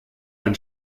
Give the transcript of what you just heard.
ein